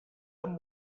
amb